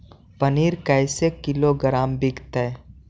पनिर कैसे किलोग्राम विकतै?